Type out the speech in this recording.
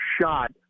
shot